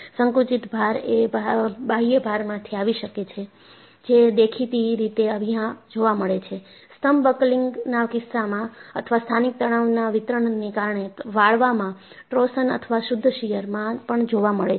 સંકુચિત ભાર એ બાહ્ય ભારમાંથી આવી શકે છે જે દેખીતી રીતે અહિયાં જોવા મળે છે સ્તંભ બકલિંગના કિસ્સામાં અથવા સ્થાનિક તણાવના વિતરણને કારણે વાળવામાં ટોર્સન અથવા શુદ્ધ શીયરમાં પણ જોવા મળે છે